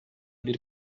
bir